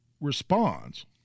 responds